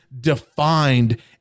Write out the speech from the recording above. defined